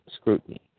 scrutiny